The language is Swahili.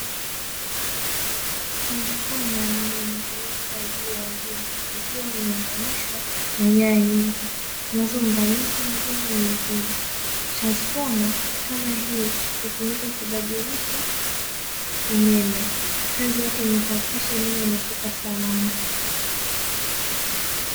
Transfoma ya umeme iluyowekwa juu ya nguzo ikiwa imeunganishwa na nyaya nyingi zinazounganisha nguzo nyingine, transfoma kama hii hutumika kubadilisha umeme, kazi yake ni kuhakikisha umeme unafika salama.